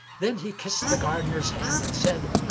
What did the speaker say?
then he kissed the gardener's hand and said,